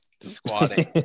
squatting